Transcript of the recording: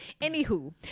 anywho